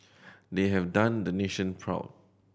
they have done the nation proud